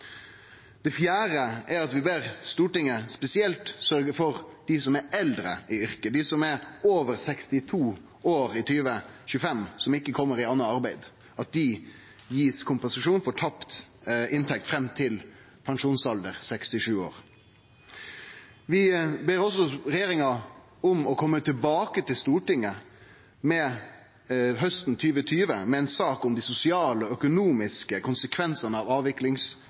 Det fjerde er at vi ber Stortinget spesielt sørgje for at dei som er eldre i yrket, dei som er over 62 år i 2025, og som ikkje kjem i anna arbeid, får kompensasjon for tapt inntekt fram til pensjonsalder 67 år. Vi ber også regjeringa om å kome tilbake til Stortinget hausten 2020 med ei sak om dei sosiale og økonomiske konsekvensane av